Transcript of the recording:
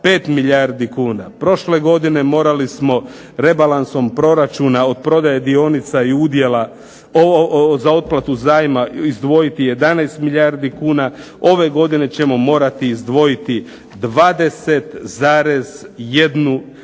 milijardi kuna. Prošle godine morali smo rebalansom proračuna od prodaje dionica i udjela, za otplatu zajma izdvojiti 11 milijardu kuna. Ove godine ćemo morati izdvojiti 20,1 ili